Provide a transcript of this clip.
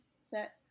set